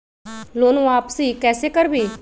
Loan वापसी कैसे करबी?